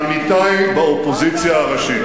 לעמיתי באופוזיציה הראשית,